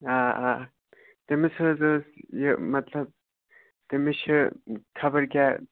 آ آ تٔمِس حظ ٲسۍ یہِ مطلب تٔمِس چھِ خبر کیٛاہ